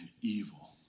evil